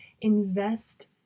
invest